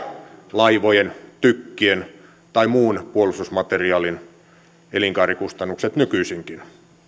laivojen tykkien tai muun puolustusmateriaalin elinkaarikustannukset nykyisinkin